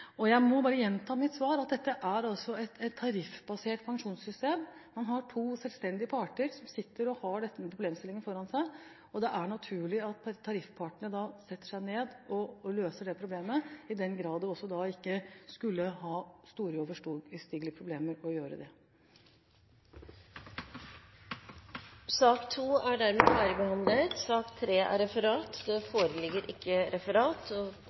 Jeg må bare gjenta mitt svar, at dette er et tariffbasert pensjonssystem. Man har to selvstendige parter som sitter med denne problemstillingen foran seg. Det er naturlig at tariffpartene setter seg ned og løser det problemet i den grad de ikke skulle ha store, uoverstigelige problemer med å gjøre det. Sak nr. 2 er dermed ferdigbehandlet. Det foreligger ikke noe referat.